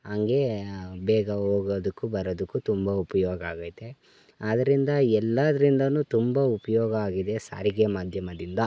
ಹಂಗೇ ಬೇಗ ಹೋಗೋದಕ್ಕು ಬರೋದಕ್ಕು ತುಂಬ ಉಪಯೋಗ ಆಗೈತೆ ಆದ್ರಿಂದ ಎಲ್ಲದ್ರಿಂದ ತುಂಬ ಉಪಯೋಗ ಆಗಿದೆ ಸಾರಿಗೆ ಮಾಧ್ಯಮದಿಂದ